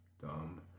dumb